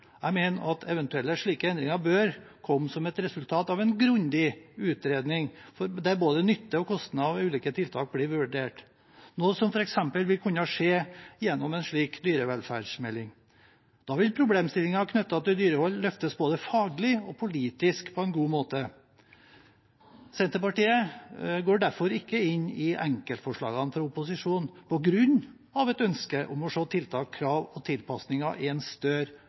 Jeg mener at eventuelle slike endringer bør komme som et resultat av en grundig utredning, der både nytte og kostnader ved ulike tiltak blir vurdert, noe som vil kunne skje f.eks. gjennom en slik dyrevelferdsmelding. Da vil problemstillinger knyttet til dyrehold løftes både faglig og politisk på en god måte. Senterpartiet går derfor ikke inn for enkeltforslagene fra opposisjonen, på grunn av et ønske om å se tiltak, krav og tilpassinger i en større